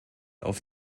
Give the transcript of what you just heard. auf